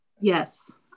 Yes